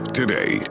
today